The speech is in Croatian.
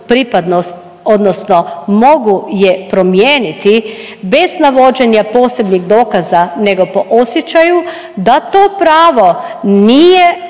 pripadnost odnosno mogu je promijeniti bez navođenja posebnih dokaza nego po osjećaju da to pravo nije